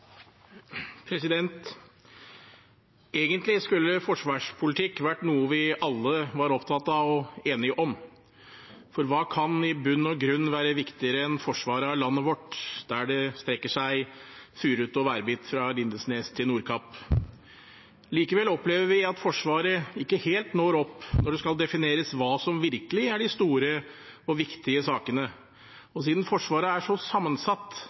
Egentlig skulle forsvarspolitikk vært noe vi alle var opptatt av og enige om. For hva kan i bunn og grunn være viktigere enn forsvaret av landet vårt, der det strekker seg furet og værbitt fra Lindesnes til Nordkapp? Likevel opplever vi at Forsvaret ikke helt når opp når det skal defineres hva som virkelig er de store og viktige sakene. Siden Forsvaret er så sammensatt,